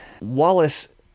Wallace